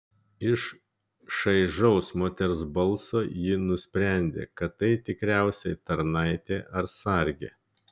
iš šaižaus moters balso ji nusprendė kad tai tikriausiai tarnaitė ar sargė